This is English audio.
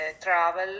travel